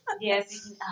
Yes